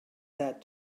said